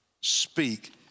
speak